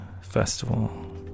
festival